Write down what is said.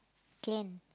can